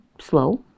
slow